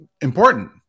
important